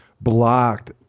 blocked